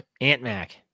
Ant-Mac